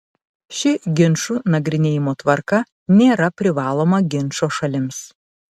ši ginčų nagrinėjimo tvarka nėra privaloma ginčo šalims